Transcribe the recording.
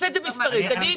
תגיד